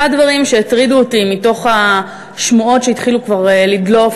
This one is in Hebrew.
אחד הדברים שהטרידו אותי מתוך השמועות שהתחילו כבר לדלוף